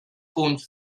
punts